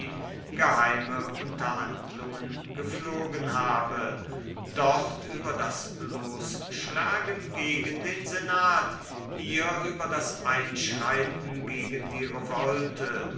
geheime unterhandlungen gepflogen habe dort über das losschlagen gegen dem senat hier über das einschreiten gegen die revolte